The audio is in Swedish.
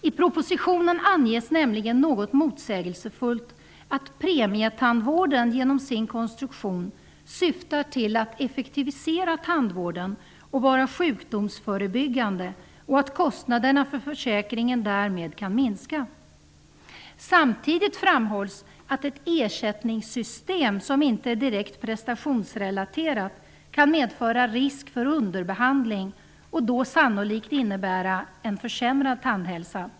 I propositionen anges nämligen något motsägelsefullt att premietandvården genom sin konstruktion syftar till att effektivisera tandvården och vara sjukdomsförebyggande och att kostnaderna för försäkringen därmed kan minska. Samtidigt framhålls att ett ersättningssystem som inte är direkt prestationsrelaterat kan medföra risk för underbehandling och då sannolikt innebära en försämrad tandhälsa.